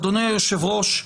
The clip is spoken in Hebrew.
אדוני היושב-ראש,